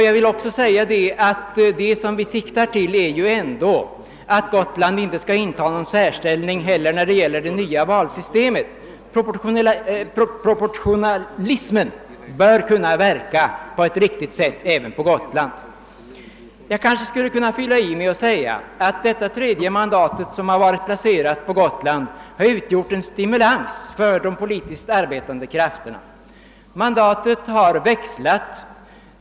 Jag vill också säga att vi ändå siktar till att Gotland inte skall intaga någon särställning när det gäller det nya valsystemet. Proportionalismen bör kunna verka på ett riktigt sätt även på Gotland. Jag skulle kanske kunna komplettera mina anföranden med att säga att det tredje mandat som Gotland haft har utgjort en stimulans för de politiskt arbetande krafterna. Innehavet av mandatet har växlat.